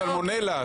סלמונלה.